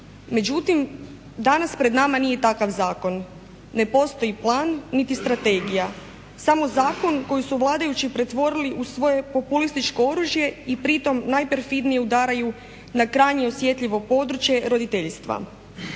Međutim, danas pred nama nije takav zakon. Ne postoji plan, niti strategija. Samo zakon koji su vladajući pretvorili u svoje populističko oružje i pritom najperfidnije udaraju na krajnje osjetljivo područje roditeljstva.